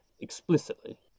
explicitly